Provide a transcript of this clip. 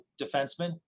defenseman